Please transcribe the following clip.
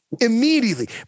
Immediately